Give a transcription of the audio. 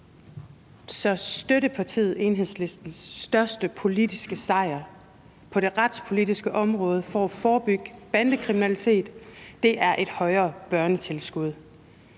Så støttepartiet Enhedslistens største politiske sejr på det retspolitiske område for at forebygge bandekriminalitet er et højere børnetilskud.